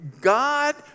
God